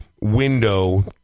window